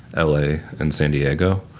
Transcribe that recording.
l a, and san diego,